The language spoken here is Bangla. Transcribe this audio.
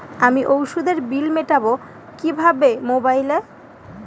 আমি ওষুধের বিল মেটাব কিভাবে মোবাইলে?